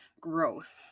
growth